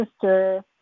sister